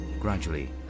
Gradually